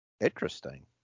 Interesting